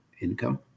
income